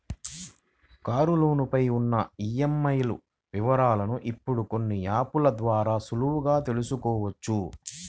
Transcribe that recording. కారులోను పై ఉన్న ఈఎంఐల వివరాలను ఇప్పుడు కొన్ని యాప్ ల ద్వారా సులువుగా తెల్సుకోవచ్చు